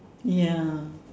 ya